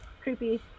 creepy